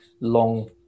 long